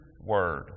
word